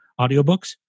audiobooks